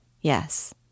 Yes